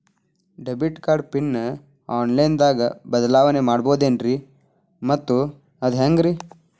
Debit card pin online ದಾಗ ಬದಲಾವಣೆ ಮಾಡಬಹುದೇನ್ರಿ ಮತ್ತು ಅದು ಹೆಂಗ್ರಿ?